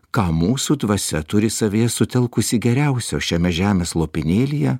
ką mūsų dvasia turi savyje sutelkusi geriausio šiame žemės lopinėlyje